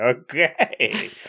Okay